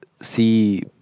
see